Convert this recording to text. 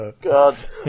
God